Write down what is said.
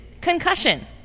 concussion